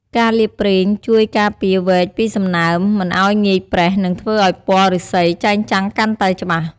ការលាបប្រេងជួយការពារវែកពីសំណើម មិនឱ្យងាយប្រេះ និងធ្វើឱ្យពណ៌ឫស្សីចែងចាំងកាន់តែច្បាស់។